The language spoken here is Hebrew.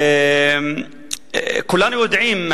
כולנו יודעים,